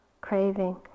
craving